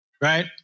right